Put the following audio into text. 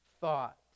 thought